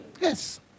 Yes